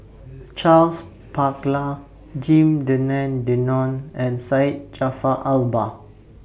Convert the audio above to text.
Charles Paglar Lim Denan Denon and Syed Jaafar Albar